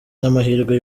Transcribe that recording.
n’amahirwe